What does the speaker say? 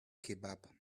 kebab